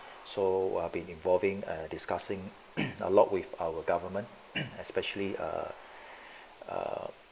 so I've been involving discussing a lot with our government especially err